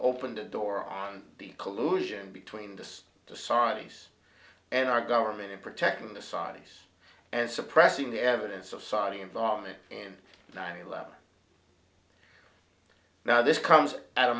open the door on the collusion between the societies and our government in protecting the saudis and suppressing the evidence of saudi involvement in nine eleven now this comes at a